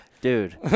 Dude